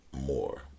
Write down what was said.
more